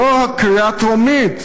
זו הקריאה הטרומית,